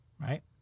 right